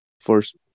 first